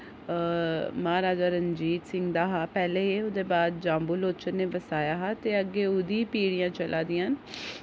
महाराजा रणजीत सिंह दा हा पैह्ले ए उ'दे बाद जाम्बू लोचन ने बसाया हा ते अग्गें उ'दी पीढ़ियां चला दि'यां न